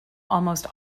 almost